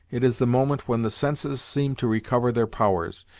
it is the moment when the senses seem to recover their powers,